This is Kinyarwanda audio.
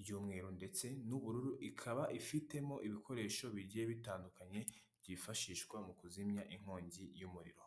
ry'umweru ndetse n'ubururu, ikaba ifitemo ibikoresho bigiye bitandukanye byifashishwa mu kuzimya inkongi y'umuriro.